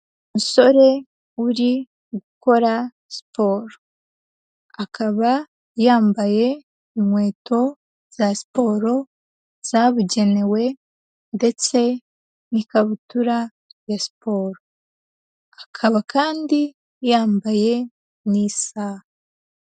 Umusore uri gukora siporo, akaba yambaye inkweto za siporo zabugenewe ndetse n'ikabutura ya siporo, akaba kandi yambaye n'isaha.